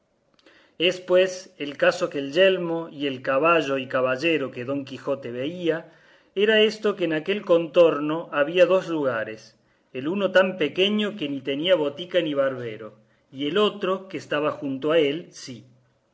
es pues el caso que el yelmo y el caballo y caballero que don quijote veía era esto que en aquel contorno había dos lugares el uno tan pequeño que ni tenía botica ni barbero y el otro que estaba junto sí